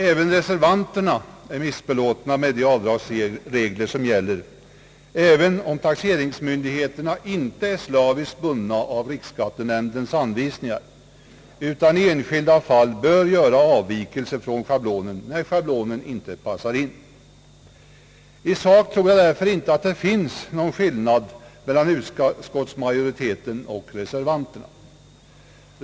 Även reservanterna är missbelåtna med de avdragsregler som gäller, även om taxeringsmyndigheterna inte är slaviskt bundna av riksskattenämndens anvisningar utan i enskilda fall bör göra avvikelser från schablonen, när schablonen inte passar in. Jag tror därför inte att det i sak råder någon skillnad mellan utskottsmajoritetens uppfattning och reservanternas ståndpunkt.